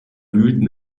wühlten